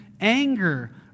Anger